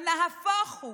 ונהפוך הוא.